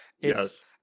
Yes